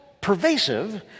pervasive